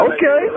Okay